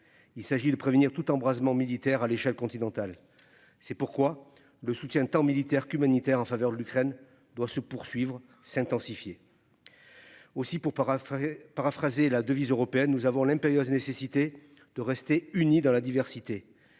Il s'agit de prévenir tout embrasement militaire à l'échelle continentale. C'est pourquoi le soutien tant militaire qu'humanitaire en faveur de l'Ukraine doit se poursuivre s'intensifier. Aussi pour parapher paraphraser la devise européenne. Nous avons l'impérieuse nécessité de rester unis dans la diversité.